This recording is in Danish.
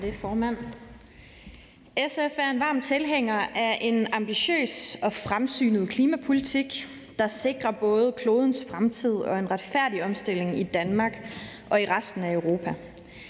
SF er en varm tilhænger af en ambitiøs og fremsynet klimapolitik, der sikrer både klodens fremtid og en retfærdig omstilling i Danmark og i resten af Europa.